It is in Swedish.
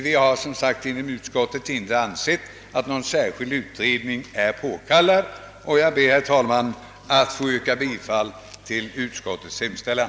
Utskottet har alltså inte ansett att någon särskild utredning är påkallad, och jag ber, herr talman, att få yrka bifall till utskottets hemställan.